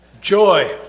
Joy